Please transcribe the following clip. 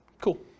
Cool